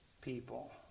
people